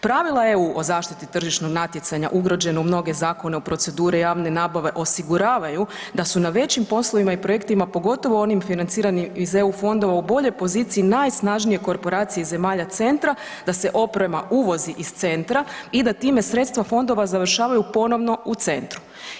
Pravila EU o zaštiti tržišnog natjecanja ugrađeno u mnoge zakone o proceduri javne nabave osiguravaju da su na većim poslovima i projektima, pogotovo onim financiranim iz EU fondova u boljoj poziciji najsnažnije korporacije iz zemalja centra da se oprema uvozi iz centra i da time sredstva fondova završavaju ponovno u centru.